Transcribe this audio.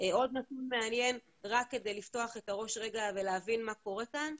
עוד נתון מעניין רק כדי לפתוח את הראש רגע ולהבין מה קורה כאן.